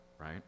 Right